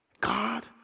God